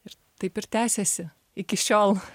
ir taip ir tęsiasi iki šiol